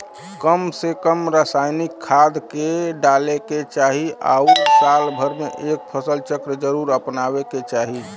कम से कम रासायनिक खाद के डाले के चाही आउर साल भर में एक फसल चक्र जरुर अपनावे के चाही